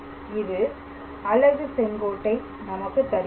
இது அலகுசெங்கோட்டை நமக்கு தருகிறது